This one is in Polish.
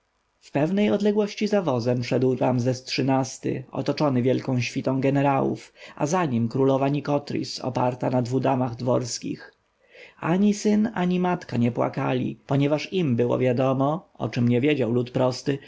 pewnej odległości za wozem szedł ramzes xiii-ty otoczony wielką świtą jenerałów a za nim królowa nikotris oparta na dwu damach dworskich ani syn ani matka nie płakali ponieważ im było wiadomo o czem nie wiedział lud prosty